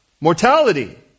mortality